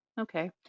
Okay